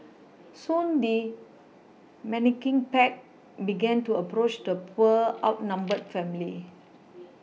soon the menacing pack began to approach the poor outnumbered family